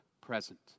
present